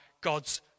God's